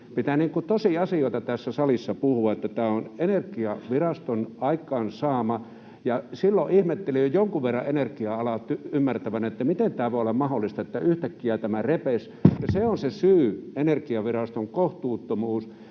Pitää tosiasioita tässä salissa puhua, että tämä on Energiaviraston aikaansaama, ja silloin ihmettelin jo jonkun verran energia-alaa ymmärtävänä, miten tämä voi olla mahdollista, että yhtäkkiä tämä repesi, ja se on se syy, Energiaviraston kohtuuttomuus,